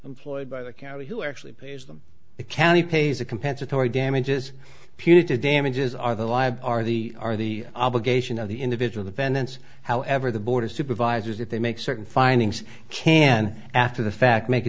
employed by the county who actually pays them cali pays a compensatory damages punitive damages are the live are the are the obligation of the individual defendants however the board of supervisors if they make certain findings can after the fact make a